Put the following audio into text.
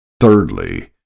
Thirdly